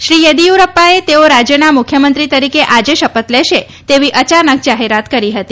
શ્રી યેદ્દીયુરપ્પાએ તેઓ રાજ્યના મુખ્યમંત્રી તરીકે આજે શપથ લેશે તેવી અયાનક જાહેરાત કરી હતી